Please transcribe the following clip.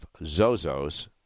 Zozos